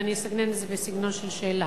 ואני אסגנן את זה בסגנון של שאלה,